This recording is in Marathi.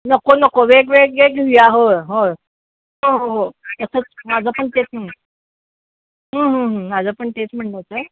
नक्को नको वेगवेगळे घेऊ या होय होय हो हो हो तसंच माझं पण तेच म्हण माझं पण तेच म्हणणं होतं